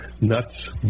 Nuts